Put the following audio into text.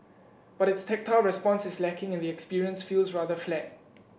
but its tactile response is lacking and the experience feels rather flat